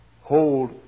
Hold